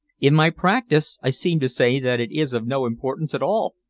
in my practice i seem to say that it is of no importance at all,